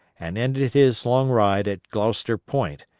and ended his long ride at gloucester point,